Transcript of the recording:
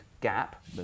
gap